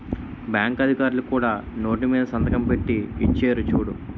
bank అధికారులు కూడా note మీద సంతకం పెట్టి ఇచ్చేరు చూడు